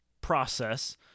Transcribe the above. process